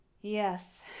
Yes